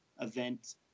event